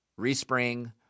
respring